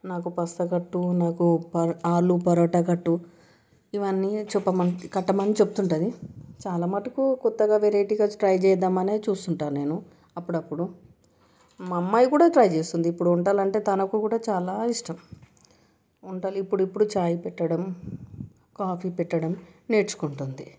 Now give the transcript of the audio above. నాకు పాస్తా కట్టు నాకు ఆలు పరోటా కట్టు ఇవన్నీ చెప్పమంటుంది కట్టమని చెప్తు ఉంటుంది చాలమటుకు కొత్తగా వెరైటీగా ట్రై చేద్దామని చూస్తుంటాను నేను అప్పుడప్పుడు మా అమ్మాయి కూడా ట్రై చేస్తుంది ఇప్పుడు వంటలు అంటే తనకు కూడా చాలా ఇష్టం వంటలు ఇప్పుడిప్పుడు చాయ్ పెట్టడం కాఫీ పెట్టడం నేర్చుకుంటుంది